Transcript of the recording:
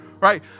right